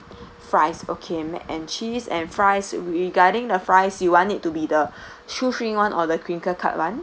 fries okay mac and cheese and fries regarding the fries you want it to be the shoestring [one] or the crinkle cut [one]